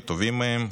טובים מהם,